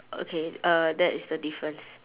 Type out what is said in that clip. okay uh that is the difference